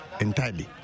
entirely